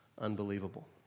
unbelievable